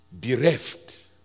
bereft